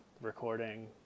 recording